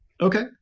Okay